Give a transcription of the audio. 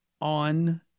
on